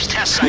tests